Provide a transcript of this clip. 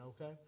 okay